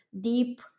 deep